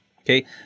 okay